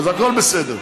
אז הכול בסדר.